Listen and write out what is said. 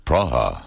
Praha